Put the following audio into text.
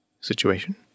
situation